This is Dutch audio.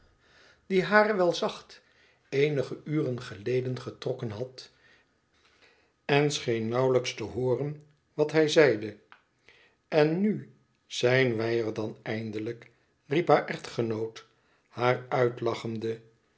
die haar wel zucht eenige uren geleden getrokken had en scheen nauwelijks te het v n wat hij zeide en nu zijn wij er dan eindelijk riep haar echtgenoot haar uitzal